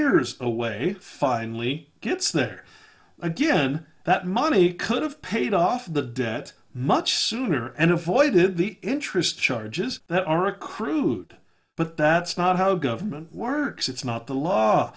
years away finally gets there again that money could have paid off the debt much sooner and avoided the interest charges that are a crude but that's not how government works it's not the law